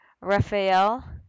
Raphael